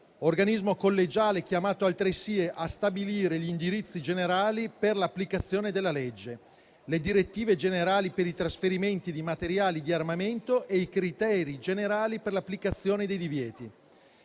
organismo collegiale chiamato altresì a stabilire gli indirizzi generali per l'applicazione della legge, le direttive generali per i trasferimenti di materiali di armamento e i criteri generali per l'applicazione dei divieti.